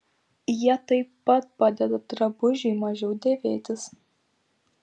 jie taip pat padeda drabužiui mažiau dėvėtis